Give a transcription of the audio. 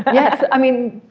and yes, i mean,